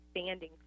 standing